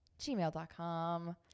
gmail.com